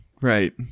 right